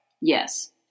Yes